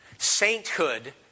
Sainthood